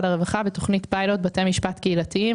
הרווחה ותוכנית פיילוט בתי משפט קהילתיים,